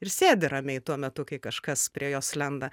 ir sėdi ramiai tuo metu kai kažkas prie jos lenda